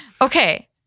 Okay